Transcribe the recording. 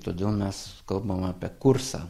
todėl mes kalbam apie kursą